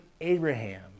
Abraham